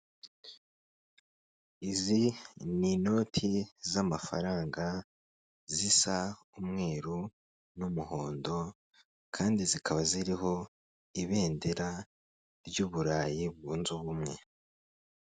Izi ni inoti z'amafaranga zisa umweru n'umuhondo kandi zikaba ziriho ibendera ry'Uburayi bwunze ubumwe.